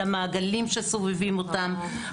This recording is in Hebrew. על המעגלים שסובבים אותם.